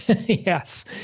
Yes